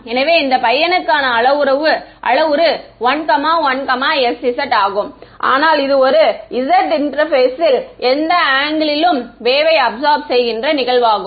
எனவே இந்த பையனுக்கான அளவுரு 11sz ஆகும் ஆனால் இது ஒரு z இன்டெர்பேசில் எந்த ஆங்கிலிலும் வேவ்யை அப்சார்ப் செய்கின்ற நிகழ்வாகும்